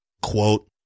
Quote